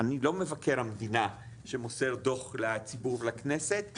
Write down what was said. אני לא מבקר המדינה שמוסר דו"ח לציבור ולכנסת,